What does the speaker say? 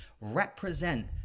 represent